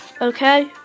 Okay